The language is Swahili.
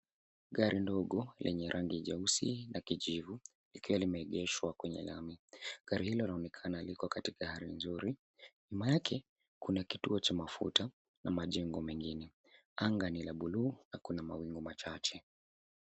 Gari dogo lenye rangi nyeusi na kijivu likiwa limeegshwa kwenye lami. Gari hili linaonekana liko katika hali nzuri. Nyuma yake kuna kituo cha mafuta na majengo mengine. Anga ni la buluu na kuna mawingu machache.